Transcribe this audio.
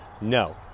no